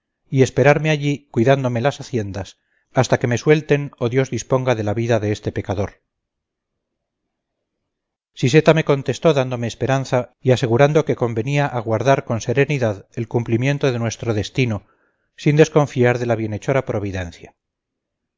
y esperarme allí cuidándome las haciendas hasta que me suelten o dios disponga de la vida de este pecador siseta me contestó dándome esperanza y asegurando que convenía aguardar con serenidad el cumplimiento de nuestro destino sin desconfiar de la bienhechora providencia